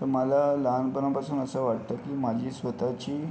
तर मला लहानपणापासून असं वाटतं की माझी स्वतःची